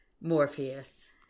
Morpheus